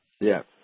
Yes